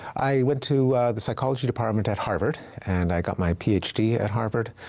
i went to the psychology department at harvard, and i got my ph d. at harvard.